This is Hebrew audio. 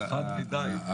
הקודם.